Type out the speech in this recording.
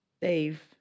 dave